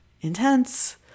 intense